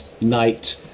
night